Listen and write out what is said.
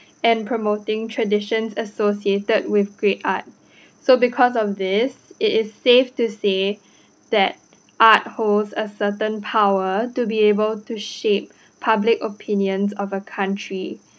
and promoting traditions associated with great art so because of this it is safe to say that art holds a certain power to be able to shape public opinion of a country